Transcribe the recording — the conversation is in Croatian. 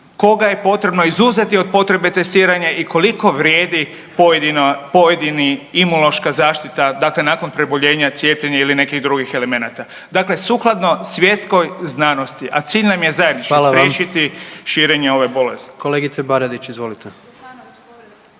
koga je potrebno izuzeti od potrebe testiranja i koliko vrijedi pojedini imunološka zaštita nakon preboljenja cijepljenja ili nekih drugih elemenata. Dakle, sukladno svjetskoj znanosti, a cilj nam je zajednički …/Upadica predsjednik: Hvala vam./… spriječiti